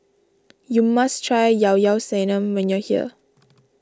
you must try Llao Llao Sanum when you are here